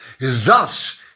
Thus